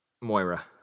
Moira